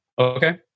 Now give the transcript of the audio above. Okay